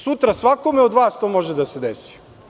Sutra svakome od vas to može da se desi.